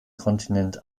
kontinent